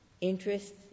interest